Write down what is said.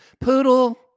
Poodle